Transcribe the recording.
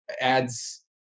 Ads